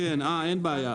כמובן.